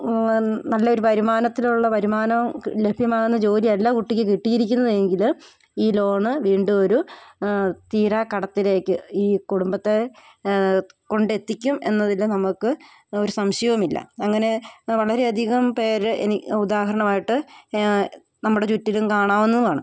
നല്ലൊരു വരുമാനത്തിലുള്ള വരുമാനം ലഭ്യമാകുന്ന ജോലി അല്ല കുട്ടിക്ക് കിട്ടിയിരിക്കുന്നത് എങ്കിൽ ഈ ലോണ് വീണ്ടും ഒരു തീരാ കടത്തിലേക്ക് ഈ കുടുംബത്തെ കൊണ്ടെത്തിക്കും എന്നതിൽ നമുക്ക് ഒരു സംശയവുമില്ല അങ്ങനെ വളരെ അധികം പേർ എനിക്ക് ഉദാഹരണമായിട്ട് നമ്മുടെ ചുറ്റിലും കാണാവുന്നതും ആണ്